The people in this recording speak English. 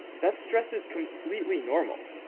that stress is completely normal,